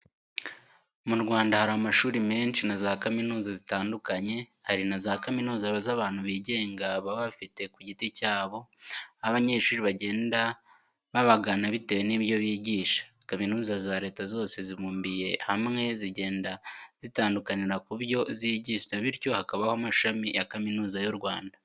Mu Rwanda hari amashuri menshi na zakaminuza zitandukanye. Hari na zakaminuza z'abantu bigenga baba bafite ku giti cyabo, aho abanyeshuri bagenda babagana bitewe nibyo bigisha. Kaminuza za Leta zose zibumbiye hamwe zigenda zitandukanira ku byo zigisha bityo hakabaho amashami ya kaminuza y'u Rwanda.